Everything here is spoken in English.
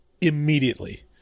immediately